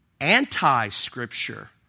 anti-Scripture